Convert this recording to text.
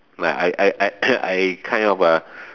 like I I I I kind of uh